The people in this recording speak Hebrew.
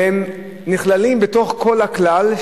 והם נכללים בתוך כל הכלל,